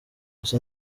gusa